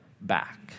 back